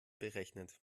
berechnet